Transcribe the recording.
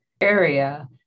area